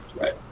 Right